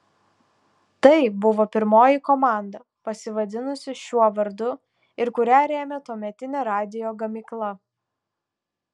tai buvo pirmoji komanda pasivadinusi šiuo vardu ir kurią rėmė tuometinė radijo gamykla